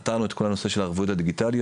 פתרנו את כל הנושא של הערבויות הדיגיטליות.